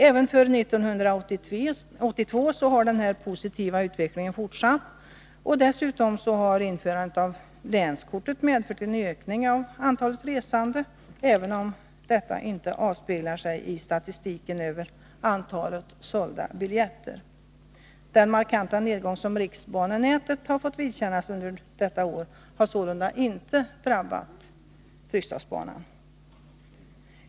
Den positiva utvecklingen har fortsatt även 1982. Dessutom har införandet av länskortet medfört en ökning av antalet resande, även om detta inte avspeglar sig i statistiken över antalet sålda biljetter. Den markanta nedgång som riksbanenätet har fått vidkännas under detta år har sålunda inte drabbat Fryksdalsbanan.